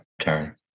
turn